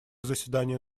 заседание